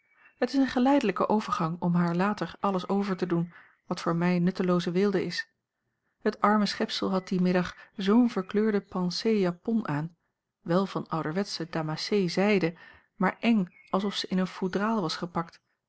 het is een geleidelijke overgang om haar later alles over te doen wat voor mij nuttelooze weelde is het arme schepsel had dien middag zoo'n verkleurde pensée japon aan wel van ouderwetsche damassé zijde maar eng alsof ze in een foudraal was gepakt